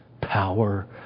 power